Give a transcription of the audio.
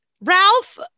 Ralph